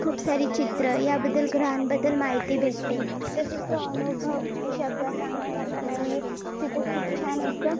खूप सारी चित्रं याबद्दल ग्रहांबद्दल माहिती भेटते तसेच तो अनुभव हा शब्दात सांगण्यासारखा नाही आहे तिथे खूप छान असं